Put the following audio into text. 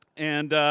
and